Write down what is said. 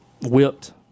whipped